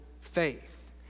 faith